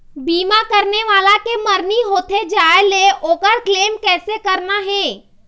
बीमा करने वाला के मरनी होथे जाय ले, ओकर क्लेम कैसे करना हे?